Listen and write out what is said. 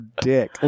dick